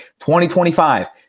2025